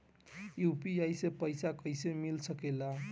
UPI से पइसा कईसे मिल सके ला?